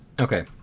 Okay